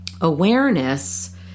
awareness